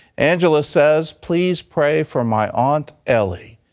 angela says, please pray for my aunt ellie.